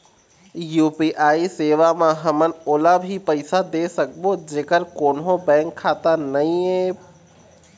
UPI सेवा म हमन ओला भी पैसा दे सकबो जेकर कोन्हो बैंक खाता नई ऐप?